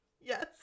Yes